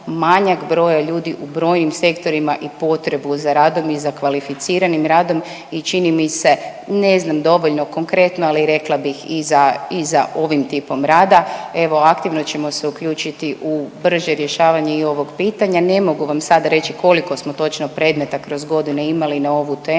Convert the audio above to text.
manjak broja ljudi u brojnim sektorima i potrebu za radom i za kvalificiranim radom i čini mi se, ne znam dovoljno konkretno, ali rekla bih i za, i za ovim tipom rada. Evo aktivno ćemo se uključiti u brže rješavanje i ovog pitanja. Ne mogu vam sad reći koliko smo točno predmeta kroz godine imali na ovu temu,